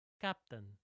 Captain